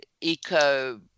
eco